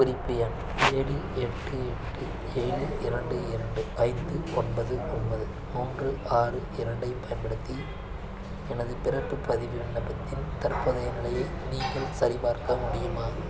குறிப்பு எண் ஏழு எட்டு எட்டு ஏழு இரண்டு இரண்டு ஐந்து ஒன்பது ஒன்பது மூன்று ஆறு இரண்டைப் பயன்படுத்தி எனது பிறப்பு பதிவு விண்ணப்பத்தின் தற்போதைய நிலையை நீங்கள் சரிபார்க்க முடியுமா